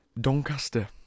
Doncaster